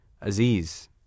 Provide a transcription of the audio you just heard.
Aziz